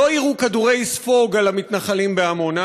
לא יירו כדורי ספוג על המתנחלים בעמונה,